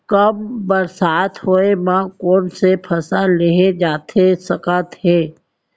कम बरसात होए मा कौन से फसल लेहे जाथे सकत हे?